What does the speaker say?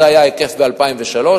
זה היה ההיקף ב-2003.